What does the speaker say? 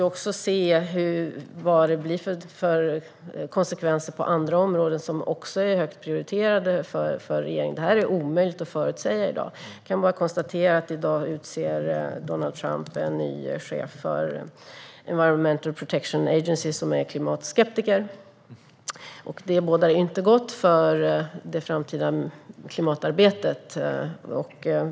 Vi måste se vad det blir för konsekvenser på andra områden som också är högt prioriterade för regeringen. Det är omöjligt att förutsäga i dag. Jag kan bara konstatera att i dag utser Donald Trump en ny chef för Environmental Protection Agency som är klimatskeptiker. Det bådar inte gott för det framtida klimatarbetet.